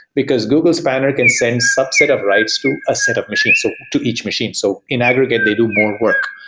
because google spanner can send subset of writes to a set of machines, so to each machine. so in aggregate, they do more work.